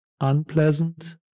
unpleasant